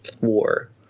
war